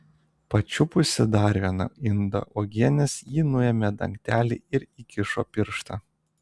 pačiupusi dar vieną indą uogienės ji nuėmė dangtelį ir įkišo pirštą